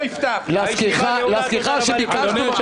הישיבה נעולה.